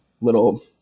little